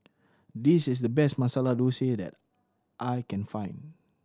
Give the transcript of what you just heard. this is the best Masala Dosa that I can find